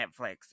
Netflix